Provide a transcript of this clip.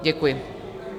Děkuji.